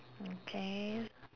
okay